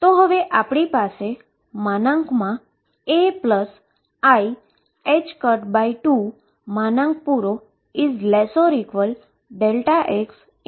તો આપણી પાસે હવે ai2≤ΔxΔp નું મોડ્યુલસ છે